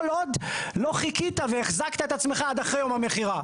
כל עוד לא חיכיתי והחזקת את עצמך עד אחרי יום המכירה.